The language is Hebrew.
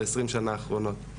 ב-20 שנה האחרונות.